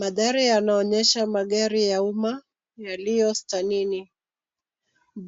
Mandhari yanaonyesha magari ya umma yaliyo stendini.